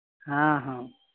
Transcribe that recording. ᱦᱮᱸ ᱦᱮᱸ